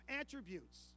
attributes